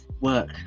Work